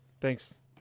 Thanks